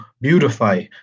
beautify